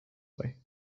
way